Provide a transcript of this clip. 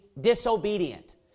disobedient